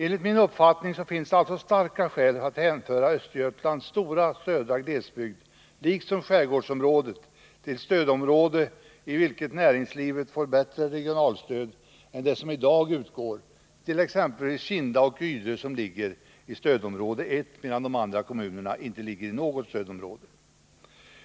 Enligt min uppfattning finns det alltså starka skäl att hänföra Östergötlands stora södra glesbygd, liksom skärgårdsområdet, till ett stödområde i vilket näringslivet får bättre regionalstöd än det som i dag utgår till exempelvis Kinda och Ydre, som ligger i stödområde 1. De andra kommunerna ligger inte inom något stödområde.